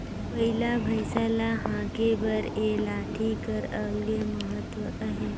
बइला भइसा ल हाके बर ए लाठी कर अलगे महत अहे